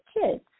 kids